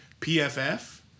PFF